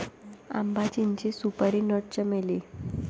आंबा, चिंचे, सुपारी नट, चमेली